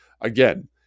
again –